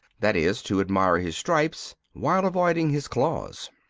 that is, to admire his stripes while avoiding his claws.